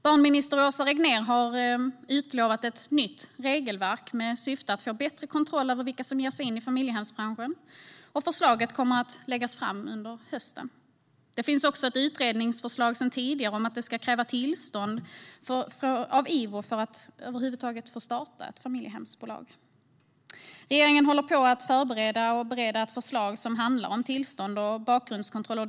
Barnminister Åsa Regnér har utlovat ett nytt regelverk med syftet att få bättre kontroll över vilka som ger sig in i familjehemsbranschen. Förslaget kommer att läggas fram under hösten. Det finns också ett utredningsförslag sedan tidigare om att det ska krävas tillstånd av Ivo för att över huvud taget få starta ett familjehemsbolag. Regeringen håller på att förbereda och bereda ett förslag som handlar om tillstånd och bakgrundskontroller.